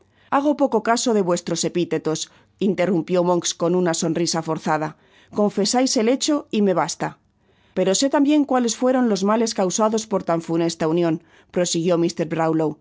hago poco caso de vuestros epitetos interrumpió monks con una sonrisa forzadaconfesais el hecho y me basta pero sé tambien cuales fueron los males causados por tan funesta union prosiguió mr brownlow